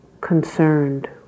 concerned